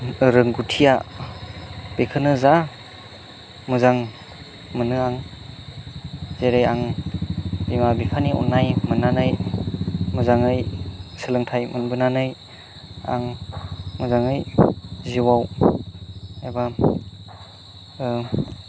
रोंगौथिया बेखौनो जा मोजां मोनो आं जेरै आं बिमा बिफानि अननाय मोननानै मोजाङै सोलोंथाइ मोनबोनानै आं मोजाङै जिउआव एबा